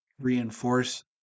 reinforce